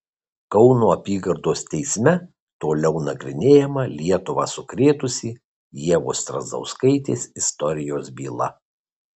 kauno apygardos teisme toliau nagrinėjama lietuvą sukrėtusį ievos strazdauskaitės istorijos byla